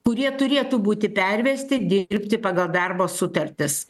kurie turėtų būti pervesti dirbti pagal darbo sutartis